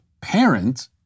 Parent